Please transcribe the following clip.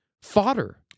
fodder